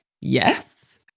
yes